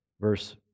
Verse